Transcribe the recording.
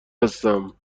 هستم